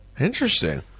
Interesting